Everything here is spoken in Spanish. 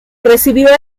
recibió